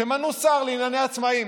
תמנו שר לענייני עצמאים.